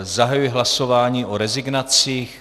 Zahajuji hlasování o rezignacích.